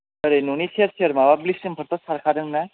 ओरै न'नि सेर सेर माबा ब्लिसिंफोरथ' सारखादों ना